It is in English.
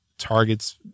targets